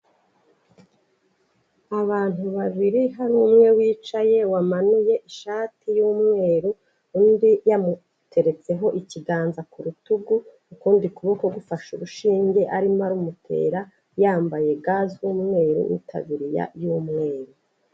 Abantu babiri hari umwe wicaye wamanuye ishati y'umweru undi yamuteretseho ikiganza ku rutugu ukundi kuboko gufashe urushinge arimo arumutera, yambaye ga z'umweru n'itaburiya y'umweru.